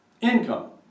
income